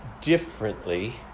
differently